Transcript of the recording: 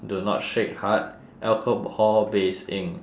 do not shake hard alcohol based ink